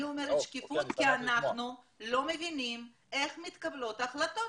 אני אומרת שקיפות כי אנחנו לא מבינים איך מתקבלות ההחלטות